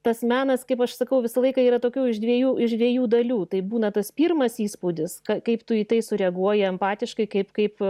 tas menas kaip aš sakau visą laiką yra tokių iš dviejų iš dviejų dalių tai būna tas pirmas įspūdis ka kaip tu į tai sureaguoji empatiškai kaip kaip